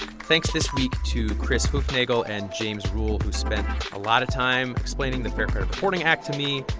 thanks this week to chris hoofnagle and james rule, who spent a lot of time explaining the fair credit reporting act to me.